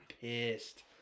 pissed